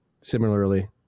Similarly